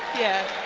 yeah.